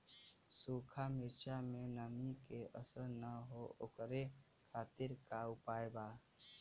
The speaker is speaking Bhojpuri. सूखा मिर्चा में नमी के असर न हो ओकरे खातीर का उपाय बा?